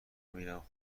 میرم